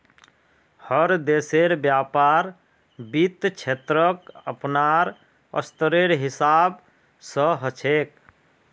हर देशेर व्यापार वित्त क्षेत्रक अपनार स्तरेर हिसाब स ह छेक